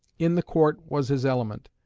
in the court was his element,